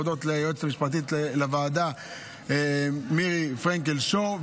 להודות ליועצת המשפטית לוועדה מירי פרנקל שור,